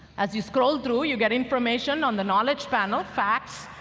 as you scroll through, you get information on the knowledge panel facts,